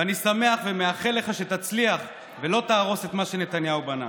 ואני שמח ומאחל לך שתצליח ולא תהרוס את מה שנתניהו בנה.